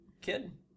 kid